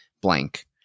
blank